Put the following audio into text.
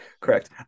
Correct